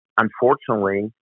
unfortunately